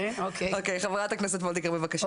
חברת הכנסת וולדיגר בבקשה.